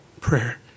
prayer